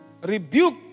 Rebuke